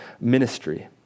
ministry